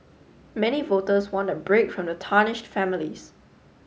many voters want a break from the tarnished families